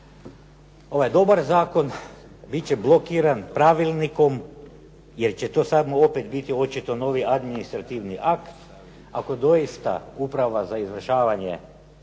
ovaj dobar zakon biti će blokiran pravilnikom jer će to samo opet biti očito novi administrativni akt, ako doista uprava za izvršavanje